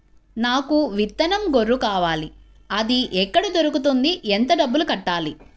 నాకు విత్తనం గొర్రు కావాలి? అది ఎక్కడ దొరుకుతుంది? ఎంత డబ్బులు కట్టాలి?